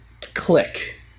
click